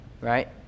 right